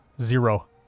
Zero